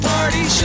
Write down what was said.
Party